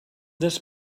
this